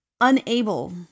unable